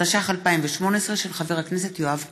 התשע"ח 2018, של חבר הכנסת יואב קיש.